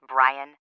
Brian